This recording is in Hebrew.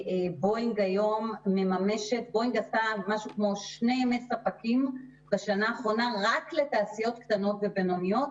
בואינג עשתה כשני ימי ספקים בשנה האחרונה רק לתעשיות קטנות ובינוניות,